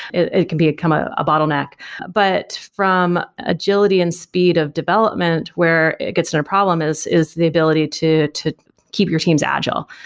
it it can become a ah bottleneck but from agility and speed of development, where it gets in a problem is is the ability to to keep your teams agile.